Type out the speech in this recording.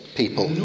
people